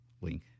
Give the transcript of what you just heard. link